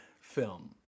Film